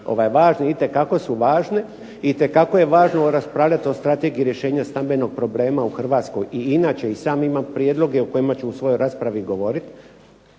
važne, itekako su važne. Itekako je važno raspravljat o Strategiji rješenja stambenog problema u Hrvatskoj i inače i sam imam prijedloge o kojima ću u svojoj raspravi govorit,